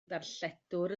darlledwr